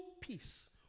peace